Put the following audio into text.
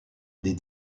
des